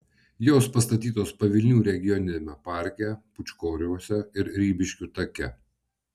jos pastatytos pavilnių regioniniame parke pūčkoriuose ir ribiškių take